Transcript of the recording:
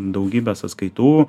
daugybė sąskaitų